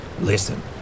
Listen